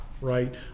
right